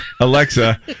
Alexa